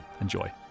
Enjoy